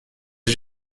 est